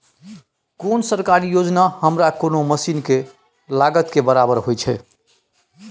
कोन सरकारी योजना हमरा कोनो मसीन के लागत के बराबर होय छै?